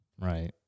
Right